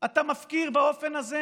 אתה מפקיר באופן הזה